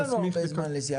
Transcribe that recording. אין לנו הרבה זמן לזה.